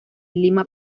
lima